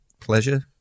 pleasure